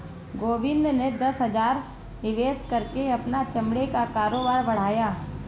गोविंद ने दस हजार निवेश करके अपना चमड़े का कारोबार बढ़ाया